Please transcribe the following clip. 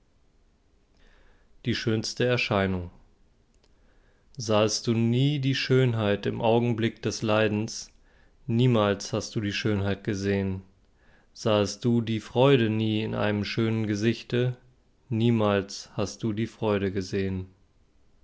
die schönste erscheinung sahest du nie die schönheit im augenblick des leidens niemals hast du die schönheit gesehn sahst du die freude nie in einem schönen gesichte niemals hast du die freude gesehn